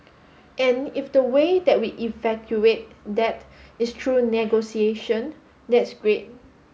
and if the way that we that is through negotiation that's great